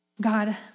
God